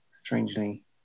Strangely